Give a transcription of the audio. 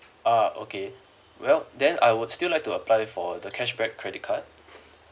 ah okay well then I would still like to apply for the cashback credit card